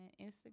Instagram